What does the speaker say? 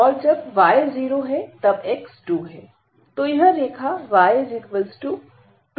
तो यह रेखा y 2 x है